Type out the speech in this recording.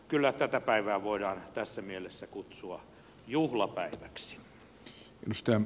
kyllä tätä päivää voidaan tässä mielessä kutsua juhlapäiväksi